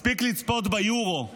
מספיק לצפות ביורו,